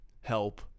Help